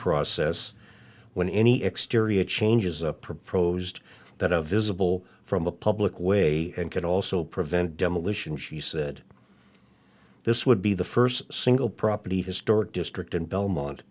process when any exterior changes a proposed that a visible from a public way and could also prevent demolition she said this would be the first single property historic district in belmont